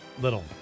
Little